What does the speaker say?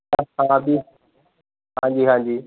ਹ ਹਾਂਜੀ ਹਾਂਜੀ ਹਾਂਜੀ